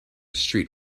street